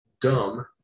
dumb